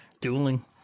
Dueling